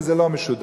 וזה לא משודר,